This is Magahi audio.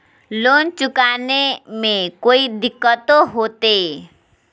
लोन चुकाने में कोई दिक्कतों होते?